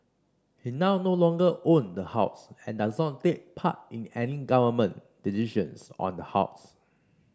he now no longer own the house and does not take part in any government decisions on the house